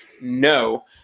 no